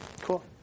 Cool